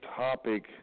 topic